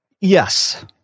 Yes